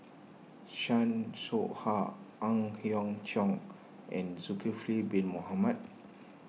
Chan Soh Ha Ang Hiong Chiok and Zulkifli Bin Mohamed